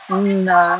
mm ya